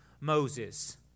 Moses